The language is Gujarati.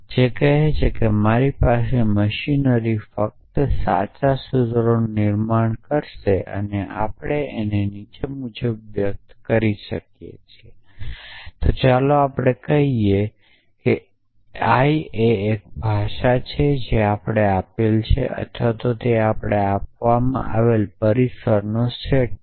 જે કહે છે કે મારી મશીનરી ફક્ત સાચા સૂત્રોનું નિર્માણ કરશે આપણે આને નીચે મુજબ વ્યક્ત કરી શકીએ તો ચાલો આપણે કહીએ કે l એ એક ભાષા છે જે આપણને આપેલી છે અથવા તે આપણને આપવામાં આવેલા પરિસરનો સેટ છે